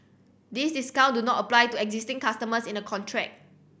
these discount do not apply to existing customers in a contract